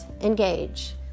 engage